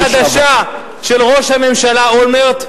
חשיפה חדשה של ראש הממשלה אולמרט,